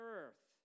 earth